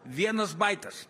vienas baitas